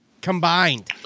Combined